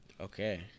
Okay